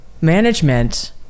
management